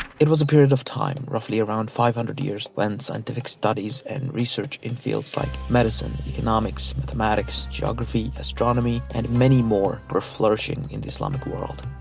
it was a period of time roughly around five hundred years when scientific studies and research in fields like medicine, economics, mathematics geography, astronomy and many more were flourishing in the islamic world.